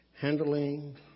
Handling